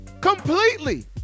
Completely